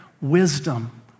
wisdom